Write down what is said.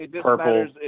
Purple